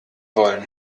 wollen